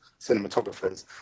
cinematographers